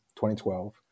2012